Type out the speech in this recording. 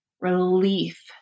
Relief